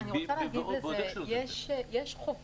זה מאוד נותן פתח, ועוד איך נותן פתח.